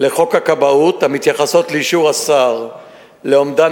לחוק הכבאות והמתייחסות לאישור השר לאומדן